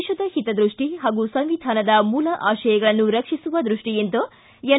ದೇಶದ ಹಿತದ್ಯಷ್ಟಿ ಹಾಗೂ ಸಂವಿಧಾನದ ಮೂಲ ಆಶಯಗಳನ್ನು ರಕ್ಷಿಸುವ ದ್ಯಷ್ಟಿಯಿಂದ ಎನ್